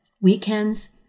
Weekends